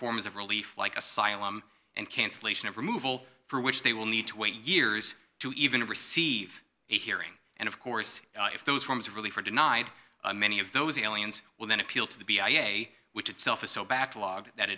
forms of relief like asylum and cancellation of removal for which they will need to wait years to even receive a hearing and of course if those forms of relief are denied many of those aliens will then appeal to the b i a which itself is so